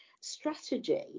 strategy